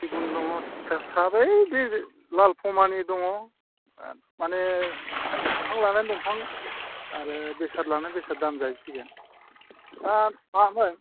सिगुन दङ टिथा साब ओइ बे लालफमानि दङ मानि दंफां लानानै दंफां आरो बेसाद लानानै बेसाद दाम जाहैसिगोन दा मामोन